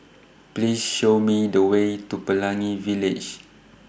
Please Show Me The Way to Pelangi Village